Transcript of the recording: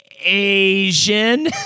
Asian